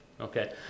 Okay